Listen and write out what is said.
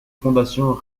fondations